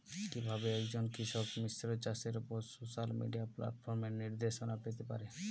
কিভাবে একজন কৃষক মিশ্র চাষের উপর সোশ্যাল মিডিয়া প্ল্যাটফর্মে নির্দেশনা পেতে পারে?